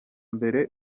mbere